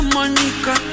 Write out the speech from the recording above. Monica